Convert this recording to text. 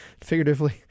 figuratively